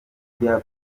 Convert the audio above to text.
njya